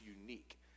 unique